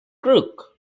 crook